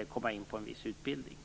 att komma in på en viss utbildning.